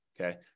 Okay